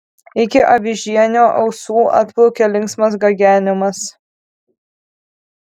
iki avižienio ausų atplaukė linksmas gagenimas